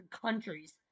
countries